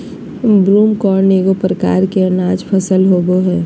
broomcorn एगो प्रकार के अनाज फसल होबो हइ